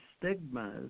stigmas